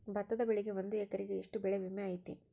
ಭತ್ತದ ಬೆಳಿಗೆ ಒಂದು ಎಕರೆಗೆ ಎಷ್ಟ ಬೆಳೆ ವಿಮೆ ಐತಿ?